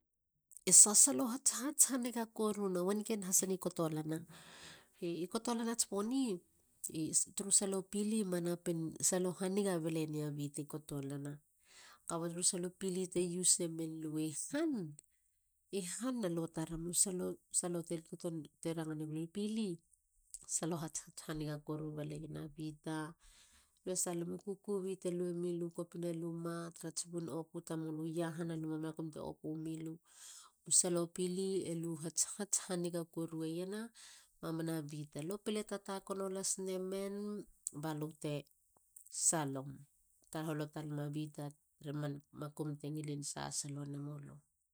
E sasalo hats hats koruna. wanken hasina kotolana. kabi kotolana tsponi turu salo pili manapin salo haniga balenia biti kotolana. Kaba tru salo pili te use emen lui han. i han u salo te ranga nemulumu pili e salo hatshats haniga koru baleiena bita. Lue salom u kukubi te luemilu i kopina luma. trats bun opu tamulu. iahana luma trats bunin opu tamulu,. U salo pili lu hatshats haniga korueiena mamana bita. lo pile tatakono las nemen ba lu te salom. taholo talem a bita tra man makum te ngilin sasalo nemulu.